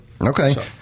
Okay